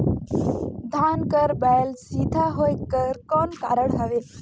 धान कर बायल सीधा होयक कर कौन कारण हवे?